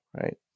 right